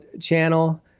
channel